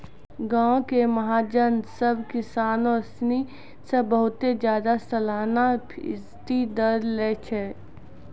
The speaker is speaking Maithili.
गांवो के महाजन सभ किसानो सिनी से बहुते ज्यादा सलाना फीसदी दर लै छै